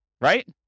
Right